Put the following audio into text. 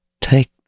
Take